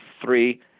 three